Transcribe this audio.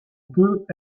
peut